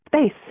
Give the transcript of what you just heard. Space